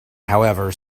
however